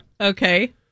Okay